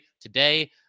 today